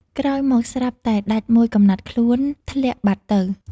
ក្រោយមកស្រាប់តែ ដាច់មួយកំណាត់ខ្លួន ធ្លាក់បាត់ទៅ។